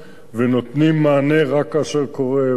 ונותנים מענה רק כאשר קורה אירוע.